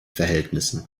verhältnissen